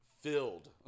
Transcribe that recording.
filled